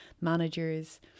managers